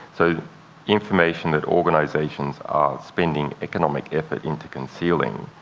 so information that organizations are spending economic effort into concealing,